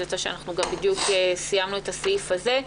יוצא שבדיוק סיימנו את הסעיף הזה.